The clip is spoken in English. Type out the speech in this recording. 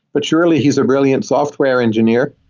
but surely he's a brilliant software engineer.